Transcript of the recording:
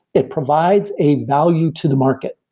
it provides a value to the market.